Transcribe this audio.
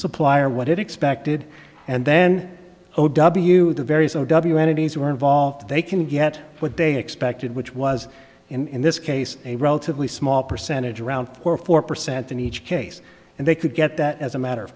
supplier what it expected and then o w the various o w entities who are involved they can get what they expected which was in this case a relatively small percentage around four or four percent in each case and they could get that as a matter of